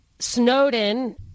Snowden